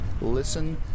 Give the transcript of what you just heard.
Listen